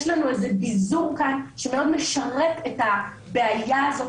יש לנו איזה ביזור כאן שמאוד משרת את הבעיה הזאת